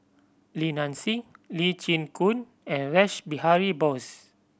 Li Nanxing Lee Chin Koon and Rash Behari Bose